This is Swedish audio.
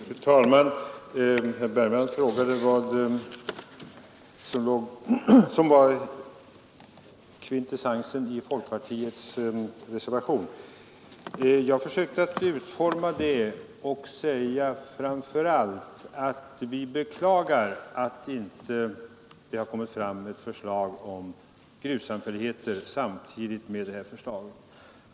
Fru talman! Herr Bergman frågade vad som är kvintessensen i folkpartiets reservation. Jag har sökt att utforma den; vi beklagar fram för allt att det inte har kommit fram ett förslag om grussam fälligheter samtidigt med detta förslag.